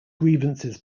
grievances